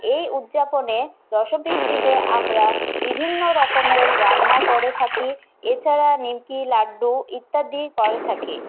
এই উদযাপনে দশমীর দিনে আমরা বিভিন্ন রকমের রান্না করে থাকি এছাড়া নিমকি লাড্ডু ইত্যাদি করে থাকি